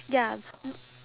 ya